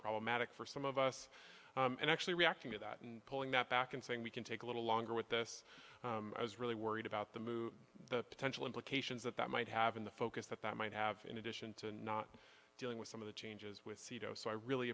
problematic for some of us and actually reacting to that and pulling that back and saying we can take a little longer what this was really worried about the move the potential implications that that might have in the focus that that might have in addition to not dealing with some of the changes with sito so i really